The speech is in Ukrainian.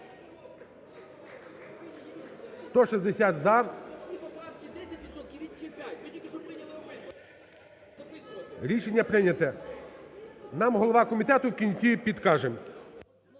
у залі) Рішення прийнято. Нам голова комітету в кінці підкаже.